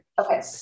Okay